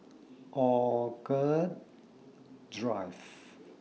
Orchid Drive